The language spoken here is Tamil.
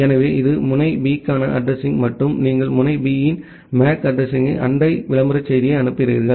எனவே இது முனை B க்கான அட்ரஸிங் மற்றும் நீங்கள் முனை B இன் MAC அட்ரஸிங்யை அண்டை விளம்பர செய்தியை அனுப்புகிறீர்கள்